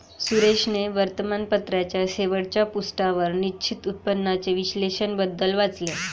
सुरेशने वर्तमानपत्राच्या शेवटच्या पृष्ठावर निश्चित उत्पन्नाचे विश्लेषण बद्दल वाचले